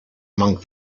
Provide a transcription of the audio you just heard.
among